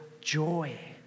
joy